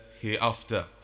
hereafter